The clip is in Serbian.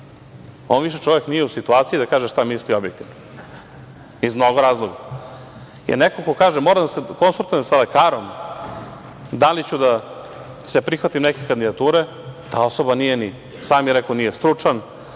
više čovek nije u situaciji da kaže šta misli objektivno iz mnogo razloga, jer neko ko kaže – moram da se konsultujem sa lekarom da li ću da se prihvatim neke kandidature. Sam je rekao nije stručan,